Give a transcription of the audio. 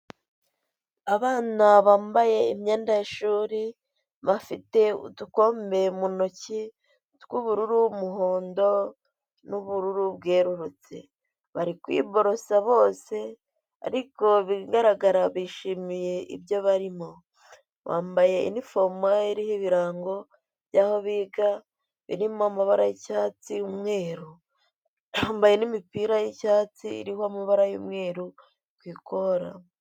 Abana bambaye imyenda y'ishuri bafite udukombe mu ntoki tw'ubururu, umuhondo n'ubururu bwerurutse, bari kwiborosa bose ariko ibigaragara bishimiye ibyo barimo, bambaye inifomu iriho ibirango by'aho biga birimo amabara y'icyatsi n'umweru, bambaye n'imipira y'icyatsi iriho amabara y'umweru ku ikora.